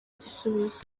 igisubizo